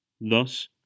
Thus